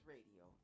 Radio